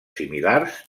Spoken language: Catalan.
similars